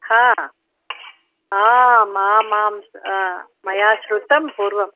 हा आम् आम् आं मया श्रुतं पूर्वम्